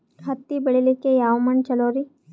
ಹತ್ತಿ ಬೆಳಿಲಿಕ್ಕೆ ಯಾವ ಮಣ್ಣು ಚಲೋರಿ?